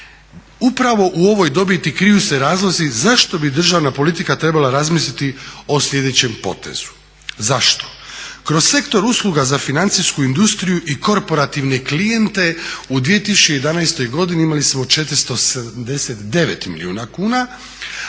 Upravo u ovoj dobiti kriju se razlozi zašto bi državna politika trebala razmisliti o sljedećem potezu. Zašto? Kroz sektor usluga za financijsku industriju i korporativne klijente u 2011. godini imali smo 479 milijuna kuna,